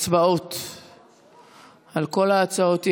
הצבעות על כל ההצעות האי-אמון,